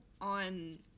on